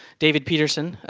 david peterson,